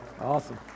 Awesome